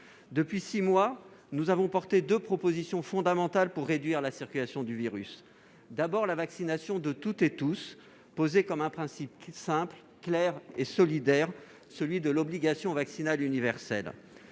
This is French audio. Depuis six mois, nous avons porté deux propositions fondamentales pour réduire la circulation du virus. Premièrement, la vaccination de toutes et tous, posée comme un principe simple, clair et solidaire : celui de l'obligation vaccinale universelle.